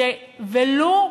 ולו